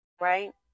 Right